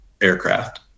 aircraft